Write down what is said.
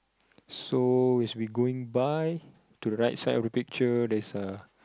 so as we going by to the right side of the picture there's a